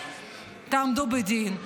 תעמדו לדין.